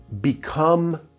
become